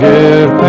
Give